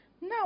Now